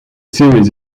series